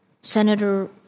Senator